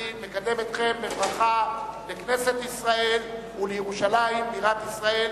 אני מקדם אתכם בברכה בואכם לכנסת ישראל ולירושלים בירת ישראל.